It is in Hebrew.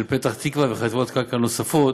של פתח תקווה וחטיבות קרקע נוספות,